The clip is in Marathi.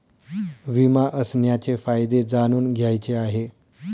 विमा असण्याचे फायदे जाणून घ्यायचे आहे